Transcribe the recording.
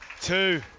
two